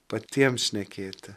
patiems šnekėti